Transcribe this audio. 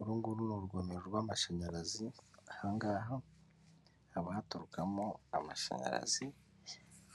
Uru nguru ni urugomero rw'amashanyarazi, aha ngaha haba haturukamo amashanyarazi